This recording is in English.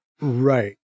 right